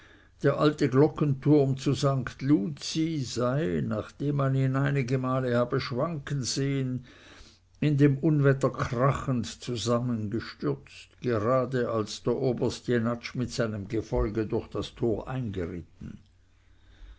der alte glockenturm zu sankt luzi sei nachdem man ihn einige male habe schwanken sehen in dem unwetter krachend zusammengestürzt gerade als der oberst jenatsch mit seinem gefolge durch das tor eingeritten